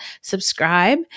subscribe